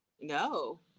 No